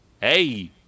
hey